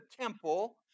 temple